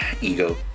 ego